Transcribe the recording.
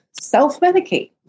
self-medicate